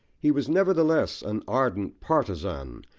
he was nevertheless an ardent partisan,